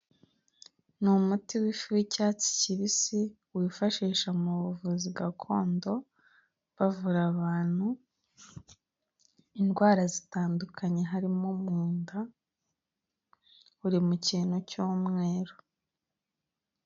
Ni umuti w'ifu w'icyatsi kibisi, wifashisha mu buvuzi gakondo, bavura abantu indwara zitandukanye harimo mu nda, uri mu kintu cy'umweru.